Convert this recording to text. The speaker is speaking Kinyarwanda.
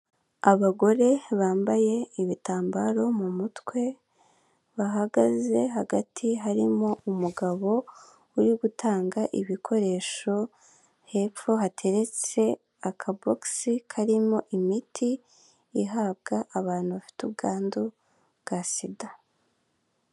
Abagore bambaye ibitamabaro mu mutwe bahagaze hagati harimo umugabo uri gutanga ibikoresho hepfo hateretse akabogisi karimo imiti habwa abantu bafite ubwandu bwa Sida.